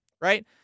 right